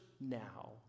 now